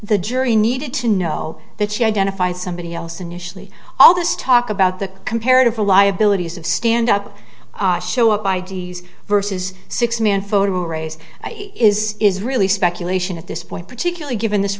the jury needed to know that she identified somebody else initially all this talk about the comparative the liabilities of stand up show up i d s versus six man photo arrays is is really speculation at this point particularly given this